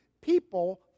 people